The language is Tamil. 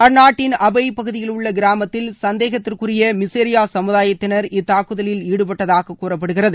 அந்நாட்டின் அபேய் பகுதியில் உள்ள கிராமத்தில் சந்தேகத்திற்குரிய மிசேரியா சமுதாயத்தினர் இத்தாக்குதலில் ஈடுபட்டதாக கூறப்படுகிறது